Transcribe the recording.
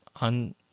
on